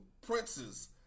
princes